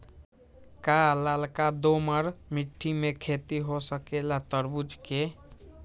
का लालका दोमर मिट्टी में खेती हो सकेला तरबूज के?